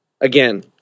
again